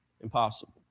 Impossible